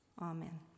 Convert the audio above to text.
Amen